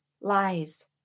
lies